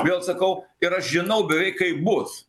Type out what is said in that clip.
vėl sakau ir aš žinau beveik kaip bus